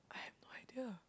I have no idea